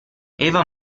eva